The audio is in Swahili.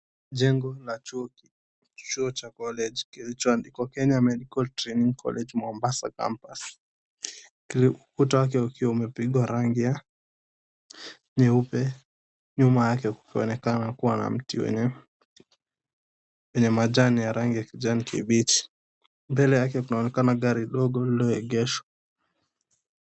Jengo la chuo cha college kilichoandikwa "Kenya Medical Training College Mombasa Campus". Ukuta wake ukiwa umepigwa rangi ya nyeupe. Nyuma yake kukionekana kuwa na mti wenye majani ya rangi ya kijani kibichi. Mbele yake kunaonekana gari dogo lililoegeshwa.